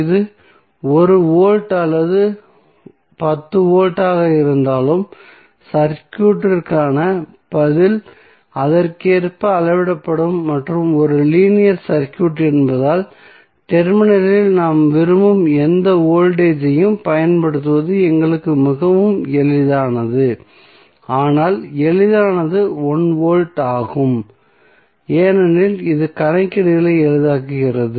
இது 1 வோல்ட் அல்லது 10 வோல்ட் ஆக இருந்தாலும் சர்க்யூட்க்கான பதில் அதற்கேற்ப அளவிடப்படும் மற்றும் ஒரு லீனியர் சர்க்யூட் என்பதால் டெர்மினலில் நாம் விரும்பும் எந்த வோல்டேஜ் ஐயும் பயன்படுத்துவது எங்களுக்கு மிகவும் எளிதானது ஆனால் எளிதானது 1 வோல்ட் ஆகும் ஏனெனில் இது கணக்கீடுகளை எளிதாக்குகிறது